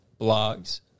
blogs